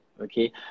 okay